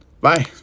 Bye